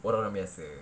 orang orang biasa